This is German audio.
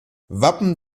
wappen